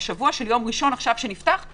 בשבוע של יום ראשון היא ירוקה.